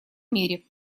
мире